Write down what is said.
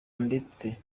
ndetse